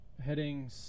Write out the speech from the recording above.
Heading